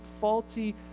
faulty